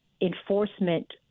enforcement